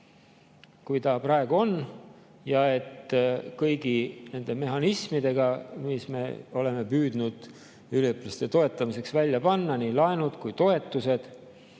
kui ta praegu on, [koos] kõigi nende mehhanismidega, mille me oleme püüdnud üliõpilaste toetamiseks välja panna, nii laenude kui toetustega.